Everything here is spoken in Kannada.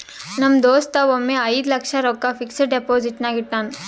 ನಮ್ ದೋಸ್ತ ಒಮ್ಮೆ ಐಯ್ದ ಲಕ್ಷ ರೊಕ್ಕಾ ಫಿಕ್ಸಡ್ ಡೆಪೋಸಿಟ್ನಾಗ್ ಇಟ್ಟಾನ್